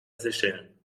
seychellen